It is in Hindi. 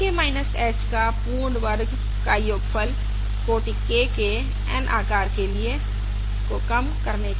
yK h का पूर्ण वर्ग का योगफल कोटि K के N आकार के लिए को कम करने के लिए